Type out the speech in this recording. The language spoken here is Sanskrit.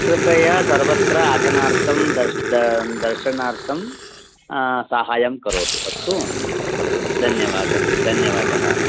कृपया सर्वत्र अटनार्थं दर्श् द दर्शनार्थं साहाय्यं करोतु अस्तु धन्यवादः धन्यवादः